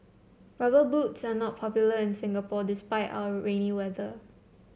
rubber boots are not popular in Singapore despite our rainy weather